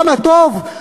כמה טוב?